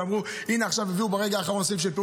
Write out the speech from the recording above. שיקפנו את המצב.